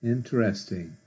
Interesting